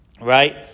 Right